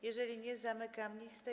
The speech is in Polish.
Jeżeli nie, zamykam listę.